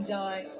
die